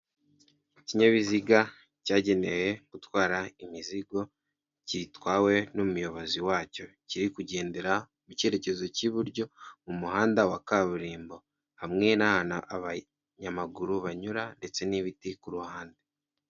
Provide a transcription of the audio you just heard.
Ikinyabiziga cyagenewe gutwara imizigo gitwawe n'umuyobozi wacyo kiri kugendera mu cyerekezo cy'iburyo mu muhanda wa kaburimbo hamwe n'ahantu abanyamaguru banyura ndetse n'ibiti ku ruhande.